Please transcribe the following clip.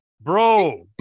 bro